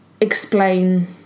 explain